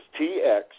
TX